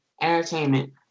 entertainment